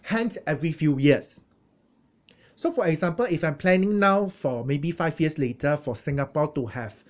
plans every few years so for example if I'm planning now for maybe five years later for singapore to have